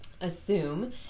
assume